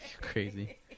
crazy